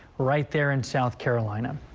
right there in south carolina.